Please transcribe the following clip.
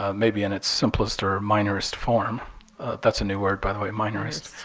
um maybe in its simplest or minorest form that's a new word, by the way, minorest